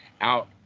out